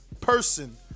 person